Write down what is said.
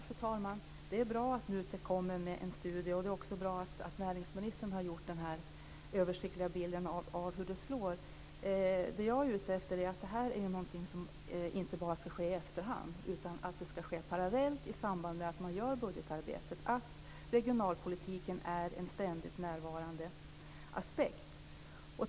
Fru talman! Det är bra att NUTEK kommer med en studie. Det är också bra att näringsministern har gjort denna översiktliga bild av hur det slår. Vad jag är ute efter är att det här är någonting som inte bara ska ske i efterhand utan att det ska ske parallellt i samband med att man gör budgetarbetet, att regionalpolitiken ska vara en ständigt närvarande aspekt.